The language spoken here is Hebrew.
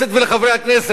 ולחברי הכנסת,